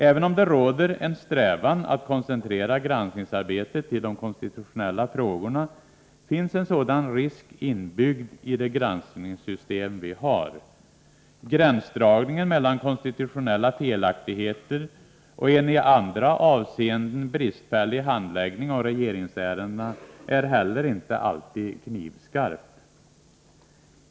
Även om det råder en strävan att koncentrera granskningsarbetet till de konstitutionella frågorna finns en sådan risk inbyggd i det granskningssystem vi har. Gränsdragningen mellan konstitutionella felaktigheter och en i andra avseenden bristfällig handläggning av regeringsärendena är heller inte alltid knivskarp.